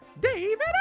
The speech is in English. David